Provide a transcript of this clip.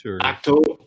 October